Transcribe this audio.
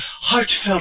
heartfelt